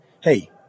hey